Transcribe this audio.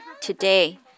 Today